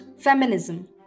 feminism